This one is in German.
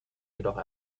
jedoch